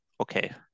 okay